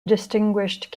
distinguished